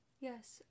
Yes